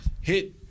Hit